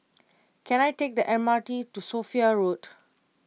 can I take the M R T to Sophia Road